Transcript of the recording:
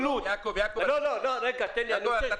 ביטנו והוא יוצר לחצים כאלה ואחרים ומשבש להם את כל תהליך העבודה,